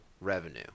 revenue